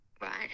Right